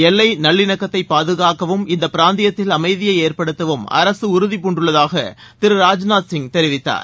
எல்லை நல்லிணக்கத்தை பாதுகாக்கவும் இந்த பிராந்தியத்தில் அமைதியை ஏற்படுத்தவும் அரசு உறுதிபூண்டுள்ளதாக திரு ராஜ்நாத்சிங் தெரிவித்தார்